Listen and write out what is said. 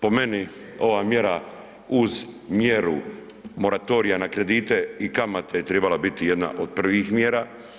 Po meni ova mjera uz mjeru moratorija na kredite i kamate tribala biti jedna od prvih mjera.